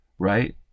Right